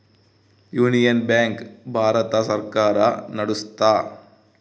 union bank Bharat ಸರ್ಕಾರ ನಡ್ಸುತ್ತ